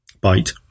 bite